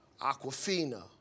Aquafina